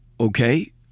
okay